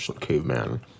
Caveman